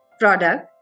product